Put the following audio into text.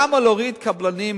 למה להוריד קבלנים